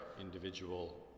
individual